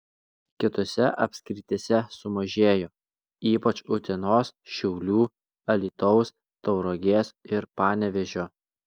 kitose apskrityse sumažėjo ypač utenos šiaulių alytaus tauragės ir panevėžio